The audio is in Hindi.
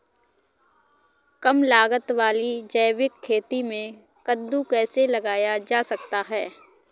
कम लागत वाली जैविक खेती में कद्दू कैसे लगाया जा सकता है?